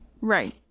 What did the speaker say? right